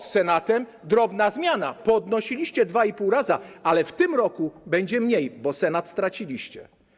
Z Senatem - drobna zmiana: podnosiliście 2,5 razy, ale w tym roku będzie mniej, bo Senat straciliście.